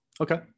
Okay